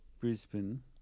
Brisbane